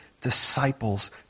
disciples